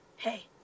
Hey